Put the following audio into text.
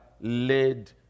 led